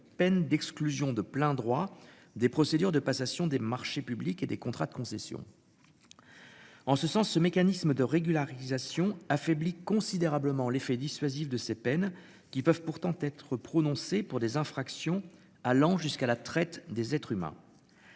En ce sens ce mécanisme de régularisation affaiblit considérablement l'effet dissuasif de ces peines qui peuvent pourtant être prononcées pour des infractions allant jusqu'à la traite des être s'humains.